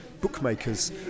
bookmakers